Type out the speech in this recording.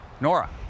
Nora